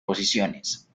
posiciones